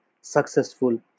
successful